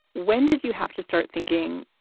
when did you have to start thinking?